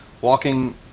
walking